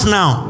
now